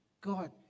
God